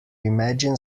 imagine